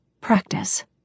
practice